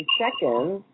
seconds